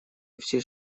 всех